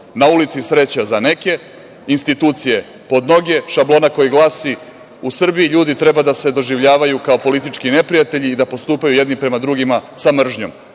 na ulici sreća za neke, institucije pod noge, šablona koji glasi – u Srbiji ljudi treba da se doživljavaju kao politički neprijatelji i da postupaju jedni prema drugima sa mržnjom. Mi